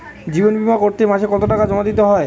জীবন বিমা করতে মাসে কতো টাকা জমা দিতে হয়?